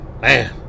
Man